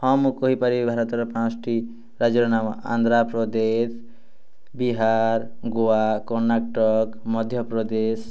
ହଁ ମୁଁ କହିପାରିବି ଭାରତର ପାଞ୍ଚଟି ରାଜ୍ୟର ନାମ ଆନ୍ଧ୍ରପ୍ରଦେଶ ବିହାର ଗୋଆ କର୍ଣ୍ଣାଟକ ମଧ୍ୟପ୍ରଦେଶ